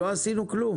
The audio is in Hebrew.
לא עשינו דבר.